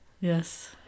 Yes